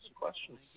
questions